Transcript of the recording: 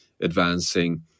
advancing